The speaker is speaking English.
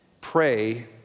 Pray